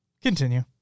Continue